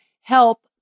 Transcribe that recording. help